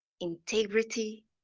integrity